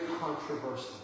controversial